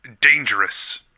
dangerous